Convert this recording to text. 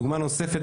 דוגמה נוספת,